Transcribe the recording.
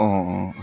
অঁ অঁ